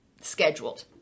scheduled